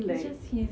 it's just he's